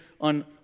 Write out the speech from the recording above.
on